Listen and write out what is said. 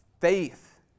Faith